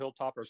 hilltoppers